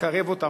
לקרב אותם.